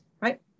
right